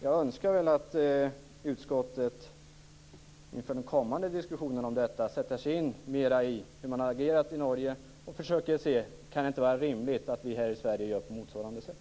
Jag önskar att utskottet inför den kommande diskussionen om detta sätter sig mer in i hur man har agerat i Norge och försöker se om det inte kan vara rimligt att vi här i Sverige gör på motsvarande sätt.